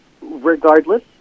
regardless